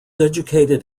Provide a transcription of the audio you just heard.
educated